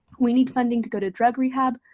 we need funding to go to drug rehab,